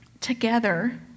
together